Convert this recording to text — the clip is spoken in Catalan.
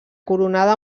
coronada